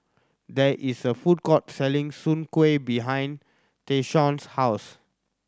there is a food court selling soon kway behind Tayshaun's house